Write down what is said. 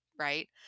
right